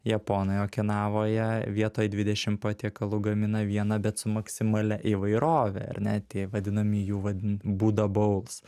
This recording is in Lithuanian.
japonai okinavoje vietoj dvidešimt patiekalų gamina vieną bet su maksimalia įvairove ar ne tie vadinami jų vadina būda bouls